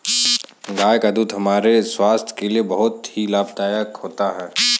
गाय का दूध हमारे स्वास्थ्य के लिए बहुत ही लाभदायक होता है